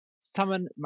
summon